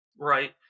right